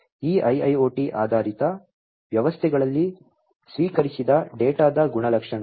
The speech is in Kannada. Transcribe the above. ಈ IIoT ಆಧಾರಿತ ವ್ಯವಸ್ಥೆಗಳಲ್ಲಿ ಸ್ವೀಕರಿಸಿದ ಡೇಟಾದ ಗುಣಲಕ್ಷಣಗಳು